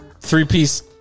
three-piece